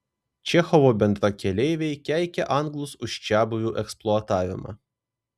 čechovo bendrakeleiviai keikė anglus už čiabuvių eksploatavimą